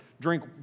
drink